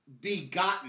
Begotten